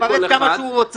שיתפרץ כמה שהוא רוצה.